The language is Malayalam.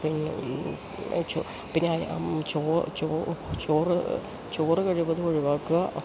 പിന്നെ പിന്നെ ചോറ് ചോറ് കഴിവതും ഒഴിവാക്കുക